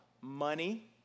money